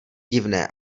divné